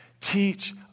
Teach